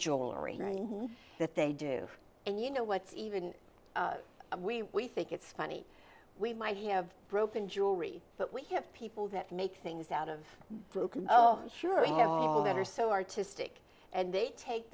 jewelry that they do and you know what's even we we think it's funny we might have broken jewelry but we have people that make things out of broken oh sure i have ever so artistic and they take